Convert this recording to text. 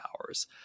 hours